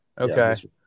Okay